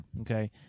Okay